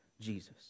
Jesus